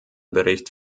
bericht